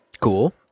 Cool